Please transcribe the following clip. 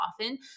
often